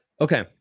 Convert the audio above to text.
Okay